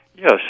Yes